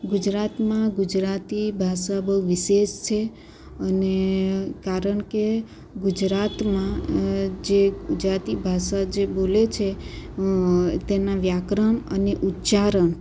ગુજરાતમાં ગુજરાતી ભાષા બહુ વિશેષ છે અને કારણ કે ગુજરાતમાં જે ગુજરાતી ભાષા જે બોલે છે તેમાં વ્યાકરણ અને ઉચ્ચારણ